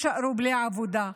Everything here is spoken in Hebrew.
והם יישארו בלי עבודה.